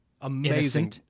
amazing